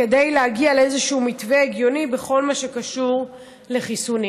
כדי להגיע לאיזשהו מתווה הגיוני בכל מה שקשור לחיסונים.